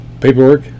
paperwork